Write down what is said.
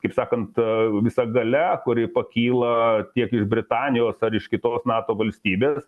kaip sakant ta visa galia kuri pakyla tiek ir britanijos ar iš kitos nato valstybės